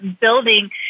building